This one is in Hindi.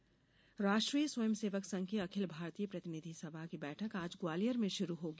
संघ बैठक राष्ट्रीय स्वयंसेवक संघ की अखिल भारतीय प्रतिनिधि सभा की बैठक आज ग्वालियर में षुरू होगी